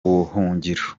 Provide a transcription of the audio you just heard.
buhungiro